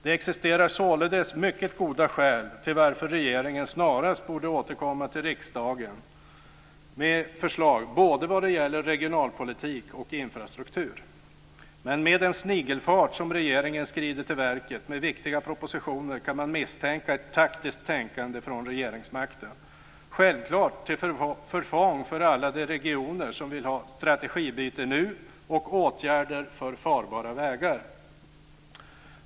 Det existerar således mycket goda skäl för att regeringen snarast borde återkomma till riksdagen med förslag vad det gäller både regionalpolitik och infrastruktur. Men med den snigelfart som regeringen skrider till verket med viktiga propositioner kan man misstänka ett taktiskt tänkande från regeringsmakten, självklart till förfång för alla de regioner som vill ha strategibyte nu och åtgärder för farbara vägar.